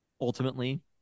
Ultimately